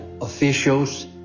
officials